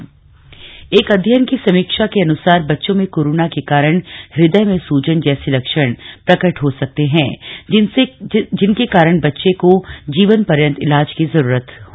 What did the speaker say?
शोध एक अध्ययन की समीक्षा के अनुसार बच्चों में कोरोना के कारण हृदय में सूजन जैसे लक्षण प्रकट हो सकते हैं जिनके कारण बच्चे को जीवन पर्यन्त इलाज की जरूरत हो